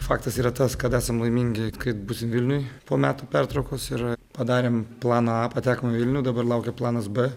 faktas yra tas kad esam laimingi kaip bus vilniuj po metų pertraukos ir padarėm planą a patekom į vilnių dabar laukia planas b